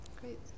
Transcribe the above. Great